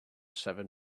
seven